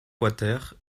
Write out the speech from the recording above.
quater